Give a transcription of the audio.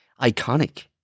iconic